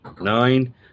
Nine